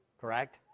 Correct